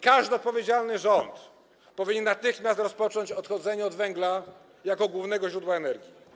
Każdy odpowiedzialny rząd powinien natychmiast rozpocząć odchodzenie od węgla jako głównego źródła energii.